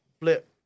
flip